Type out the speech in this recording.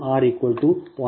ಆದ್ದರಿಂದ Z 2r 0